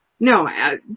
No